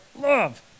love